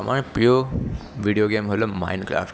আমার প্রিয় video game হলো মাইনক্রাফ্ট